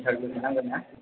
interview हैनांगोनना